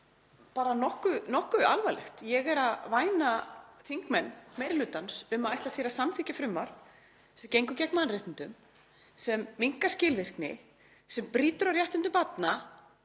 bara nokkuð alvarlegt. Ég er að væna þingmenn meiri hlutans um að ætla sér að samþykkja frumvarp sem gengur gegn mannréttindum, sem minnkar skilvirkni, sem brýtur á réttindum barna.